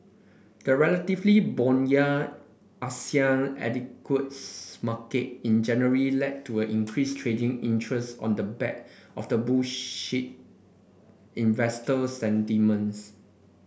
the relatively buoyant Asian equities market in January led to a increased trading interest on the back of the bullish investor sentiments